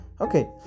Okay